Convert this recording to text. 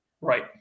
Right